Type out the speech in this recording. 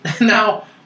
Now